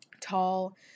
Tall